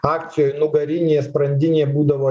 akcijoj nugarinė sprandinė būdavo